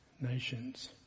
nations